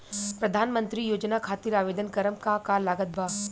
प्रधानमंत्री योजना खातिर आवेदन करम का का लागत बा?